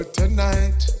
tonight